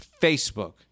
Facebook